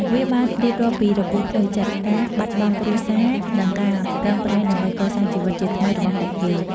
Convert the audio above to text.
វាបានរៀបរាប់ពីរបួសផ្លូវចិត្ត ការបាត់បង់គ្រួសារ និងការប្រឹងប្រែងដើម្បីកសាងជីវិតជាថ្មីរបស់ពួកគេ។